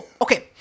Okay